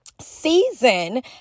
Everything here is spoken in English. season